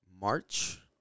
March